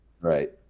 Right